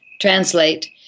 translate